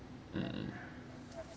mm